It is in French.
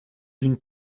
d’une